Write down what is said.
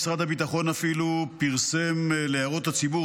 משרד הביטחון אפילו פרסם להערות הציבור